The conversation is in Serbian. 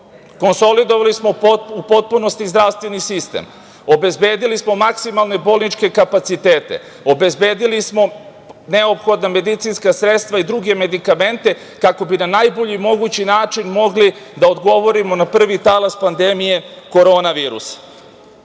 konsolidovali smo u potpunosti zdravstveni sistem, obezbedili smo maksimalne bolničke kapacitete, obezbedili smo neophodna medicinska sredstva i druge medikamente, kako bi na najbolji mogući način, mogli da odgovorimo na prvi talas pandemije korona virusa. Ali,